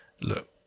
look